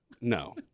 No